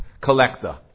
collector